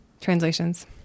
translations